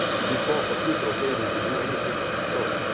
before computer was able to do anything of this sort. and